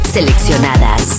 Seleccionadas